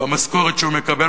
במשכורת שהוא מקבל,